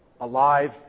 Alive